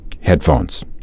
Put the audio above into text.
headphones